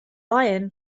iron